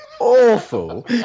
awful